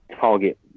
target